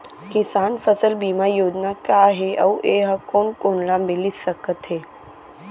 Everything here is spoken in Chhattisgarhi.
किसान फसल बीमा योजना का हे अऊ ए हा कोन कोन ला मिलिस सकत हे?